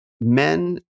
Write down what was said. men